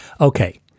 Okay